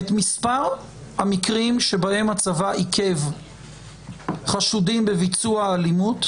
את מספר המקרים שבהם הצבא עיכב חשודים בביצוע אלימות,